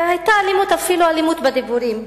היתה אלימות, אפילו אלימות בדיבורים.